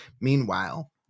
meanwhile